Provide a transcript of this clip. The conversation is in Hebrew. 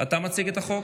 אתה מציג את החוק?